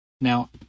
Now